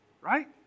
Right